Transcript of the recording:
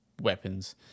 weapons